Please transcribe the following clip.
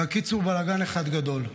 בקיצור, בלגן אחד גדול.